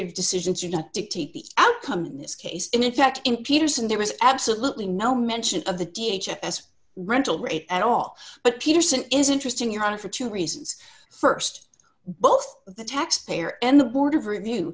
n decisions are going to dictate the outcome in this case and in fact in peterson there was absolutely no mention of the d h as rental rate at all but peterson is interesting your honor for two reasons st both the tax payer and the board of review